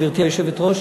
גברתי היושבת-ראש.